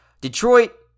Detroit